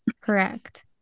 Correct